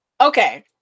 Okay